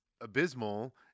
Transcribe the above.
abysmal